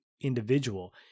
individual